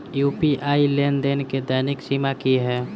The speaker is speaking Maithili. यु.पी.आई लेनदेन केँ दैनिक सीमा की है?